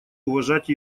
уважать